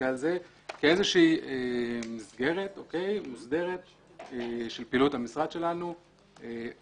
להסתכל על זה כאיזושהי מסגרת מוסדרת של פעילות המשרד שלנו ל-2020,